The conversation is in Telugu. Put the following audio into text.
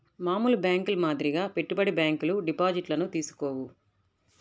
మామూలు బ్యేంకుల మాదిరిగా పెట్టుబడి బ్యాంకులు డిపాజిట్లను తీసుకోవు